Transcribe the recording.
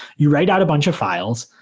you write out a bunch of files,